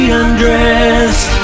undressed